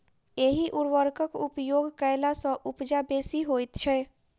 एहि उर्वरकक उपयोग कयला सॅ उपजा बेसी होइत छै